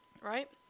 right